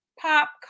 pop